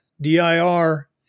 D-I-R